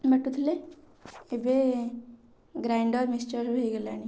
ବାଟୁଥିଲେ ଏବେ grinder mixture ବି ହୋଇଗଲାଣି